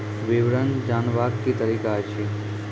विवरण जानवाक की तरीका अछि?